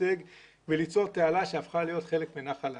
משגשג וליצור תעלה שהפכה להיות חלק מנחל האסי.